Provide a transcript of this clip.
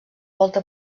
volta